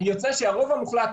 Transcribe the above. יוצא שהרוב המוחלט,